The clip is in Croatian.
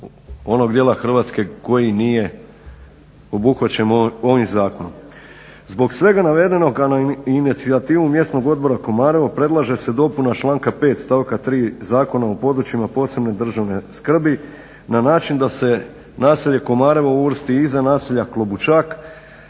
onog dijela Hrvatske koji nije obuhvaćen ovim zakonom. Zbog svega navedenog, a na inicijativu Mjesnog odbora Komarevo predlaže se dopuna članka 5. stavka 3. Zakona o područjima posebne državne skrbi na način da se naselje Komarevo uvrsti iza naselja Klobučak,